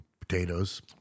potatoes